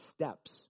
steps